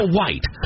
white